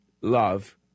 love